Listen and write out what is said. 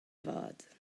vat